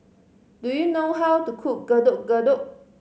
do you know how to cook Getuk Getuk